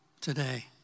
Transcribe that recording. today